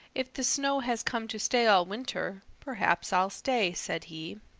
if the snow has come to stay all winter, perhaps i'll stay, said he.